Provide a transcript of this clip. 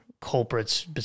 culprits